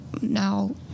now